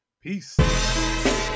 Peace